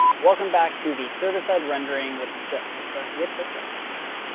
welcome back to the server-side rendering with the ja with the with the javascript.